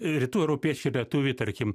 rytų europiečiai lietuviai tarkim